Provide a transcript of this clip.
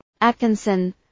Atkinson